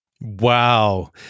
Wow